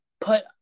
put